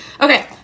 okay